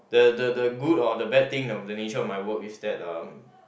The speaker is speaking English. the the the good or the bad thing of the nature of my work is that uh